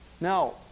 Now